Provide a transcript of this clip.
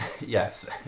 yes